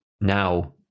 now